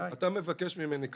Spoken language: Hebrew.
אתה מבקש ממני כרגע,